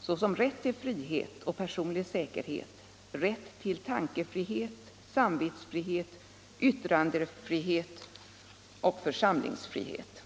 såsom rätt till frihet och personlig säkerhet, rätt till tankefrihet, samvetsfrihet, yttrandefrihet och församlingsfrihet.